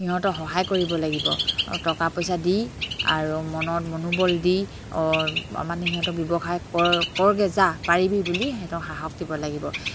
সিহঁতক সহায় কৰিব লাগিব টকা পইচা দি আৰু মনত মনোবল দি মানে সিহঁতক ব্যৱসায় কৰগে যা পাৰিবি বুলি সিহঁতক সাহস দিব লাগিব